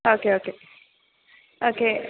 okay okay okay